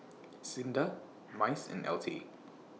SINDA Mice and L T